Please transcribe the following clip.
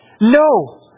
No